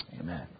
Amen